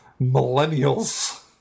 millennials